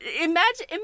imagine